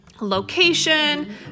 location